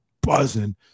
buzzing